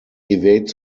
evade